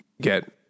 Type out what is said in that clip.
get